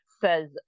says